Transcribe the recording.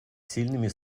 сильными